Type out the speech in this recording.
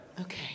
Okay